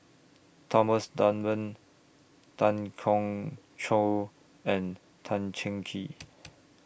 Thomas Dunman Tan Keong Choon and Tan Cheng Kee